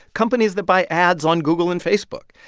companies that buy ads on google and facebook.